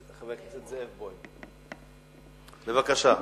מקומי, בבקשה.